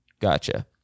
Gotcha